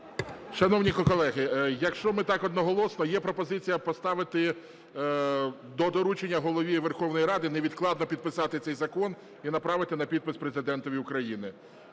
Шановні колеги, якщо ми так одноголосно, є пропозиція поставити доручення Голові Верховної Ради невідкладно підписати цей закон і направити на підпис Президентові України.